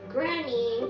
Granny